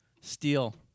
Steel